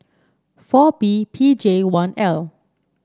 four B P J one L